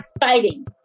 fighting